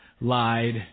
lied